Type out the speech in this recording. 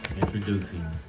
introducing